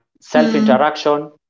self-interaction